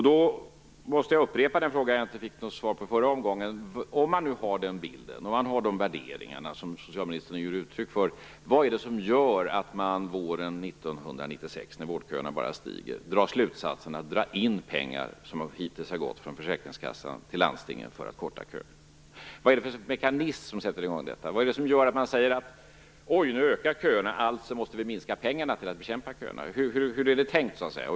Då måste jag upprepa den fråga jag inte fick svar på förra gången: Om man nu har denna bild, om man har de värderingar som socialministern ger uttryck för, vad är det då som gör att man våren 1996, när vårdköerna bara växer, drar slutsatsen att man skall dra in pengar som hittills har gått från försäkringskassan till landstingen för att korta köerna? Vad är det för mekanism som sätter i gång detta? Jag undrar vad är det som gör att man säger: Oj, nu ökar köerna - alltså måste vi minska ned på pengarna för att bekämpa dem! Hur är det tänkt?